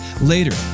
Later